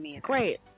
Great